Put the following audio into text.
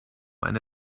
eine